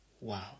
Wow